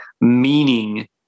meaning